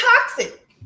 toxic